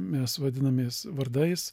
mes vadinamės vardais